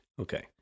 Okay